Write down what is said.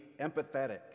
empathetic